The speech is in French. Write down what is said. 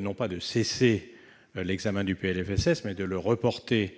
non pas de cesser l'examen du PLFSS, mais de le reprendre